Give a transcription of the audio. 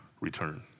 return